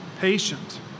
patient